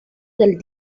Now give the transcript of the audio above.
del